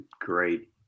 great